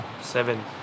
Seven